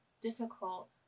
difficult